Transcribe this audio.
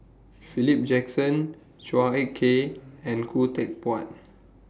Philip Jackson Chua Ek Kay and Khoo Teck Puat